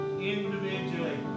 individually